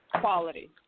quality